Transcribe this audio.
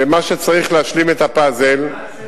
ומה שצריך, להשלים את הפאזל, מה הצפי?